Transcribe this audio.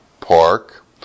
park